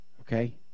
Okay